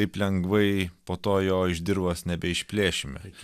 kaip lengvai po to jo iš dirvos nebeišplėšėme